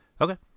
Okay